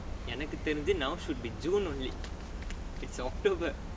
எனக்கு தெரிஞ்சு:ennakku therinju now should be june only it's october